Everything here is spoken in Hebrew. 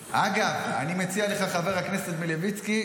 אגב, חבר הכנסת מלביצקי,